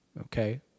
okay